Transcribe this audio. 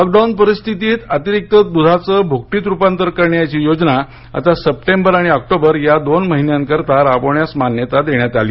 lockdown परिस्थितीत अतिरिक्त दूधाचे भुकटीत रुपांतर करण्याची योजना आता सप्टेंबर आणि ऑक्टोबर या दोन महिन्याकरिता राबविण्यास मान्यता देण्यात आली